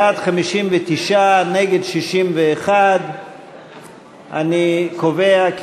בעד, 59, נגד, 61. לא התקבלו.